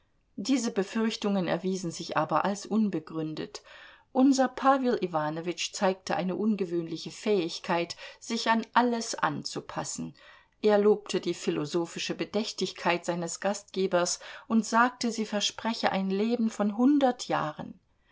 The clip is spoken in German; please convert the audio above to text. diese befürchtungen erwiesen sich aber als unbegründet unser pawel iwanowitsch zeigte eine ungewöhnliche fähigkeit sich an alles anzupassen er lobte die philosophische bedächtigkeit seines gastgebers und sagte sie verspreche ein leben von hundert jahren